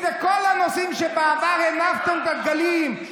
אם זה בכל הנושאים שבעבר הנפתם עבורם את הדגלים.